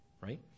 right